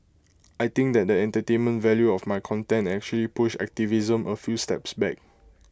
I think that the entertainment value of my content actually pushed activism A few steps back